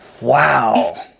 Wow